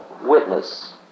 witness